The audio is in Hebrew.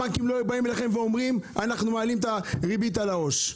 הבנקים לא היו באים אליכם ואומרים אנחנו מעלים את הריבית על העו"ש.